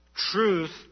Truth